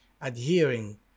adhering